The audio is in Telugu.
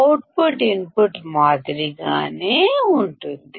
అవుట్పుట్ ఇన్పుట్ మాదిరిగానే ఉంటుంది